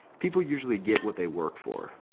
people usually get what they work for.